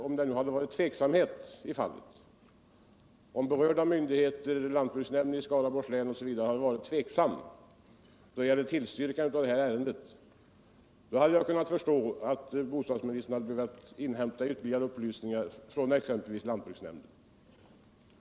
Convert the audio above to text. Om det hade rått tveksamhet i fallet, om berörda myndigheter inte hade tillstyrkt ärendet, hade jag kunnat förstå att bostadsministern behövde inhämta ytterligare upplysningar från exempelvis lantbruksnämnden.